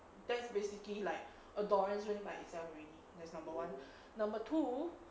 that's basically like a dorian ring by itself already that's number one number two